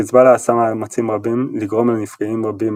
חזבאללה עשה מאמצים רבים לגרום לנפגעים רבים